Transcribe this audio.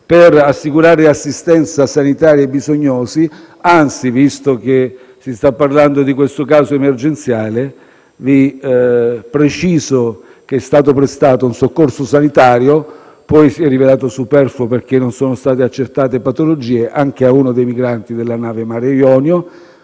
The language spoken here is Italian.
per assicurare assistenza sanitaria ai bisognosi. Anzi, visto che si sta parlando di questo caso emergenziale, vi preciso che è stato prestato un soccorso sanitario (che si è poi rivelato superfluo, perché non sono state accertate patologie) anche a uno dei migranti della nave Mare Jonio.